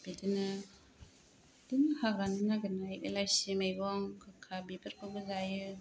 बिदिनो हाग्रानि नागिरनाय हेलायसि मैगं गोखा बेफोरखौबो जायो